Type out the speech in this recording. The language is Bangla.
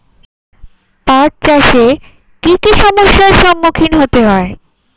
পাঠ চাষে কী কী সমস্যার সম্মুখীন হতে হয়?